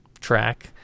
track